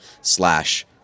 slash